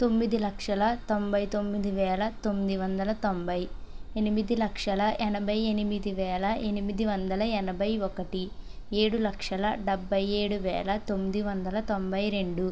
తొమ్మిది లక్షల తొంభై తొమ్మిది వేల తొమ్మిది వందల తొంభై ఎనిమిది లక్షల ఎనభై ఎనిమిది వేల ఎనిమిది వందల ఎనభై ఒకటి ఏడు లక్షల డెబ్భై ఏడు వేల తొమ్మిది వందల తొంభై రెండు